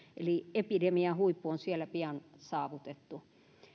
eli että epidemiahuippu on siellä pian saavutettu